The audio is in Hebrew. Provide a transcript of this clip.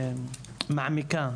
אפשר במירכאות,